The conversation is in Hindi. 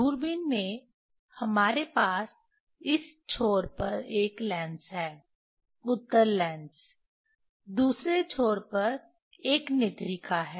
दूरबीन में हमारे पास इस छोर पर एक लेंस है उत्तल लेंस दूसरे छोर पर एक नेत्रिका है